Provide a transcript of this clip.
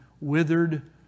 withered